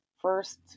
first